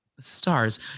stars